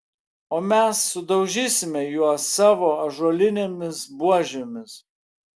o mes sudaužysime juos savo ąžuolinėmis buožėmis